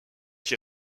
qui